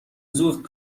زود